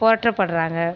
போற்றப்படுறாங்க